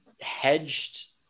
hedged